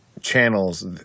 channels